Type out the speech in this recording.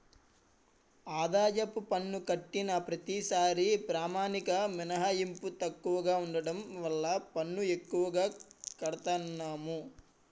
ఆదాయపు పన్ను కట్టిన ప్రతిసారీ ప్రామాణిక మినహాయింపు తక్కువగా ఉండడం వల్ల పన్ను ఎక్కువగా కడతన్నాము